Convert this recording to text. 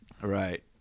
Right